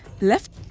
left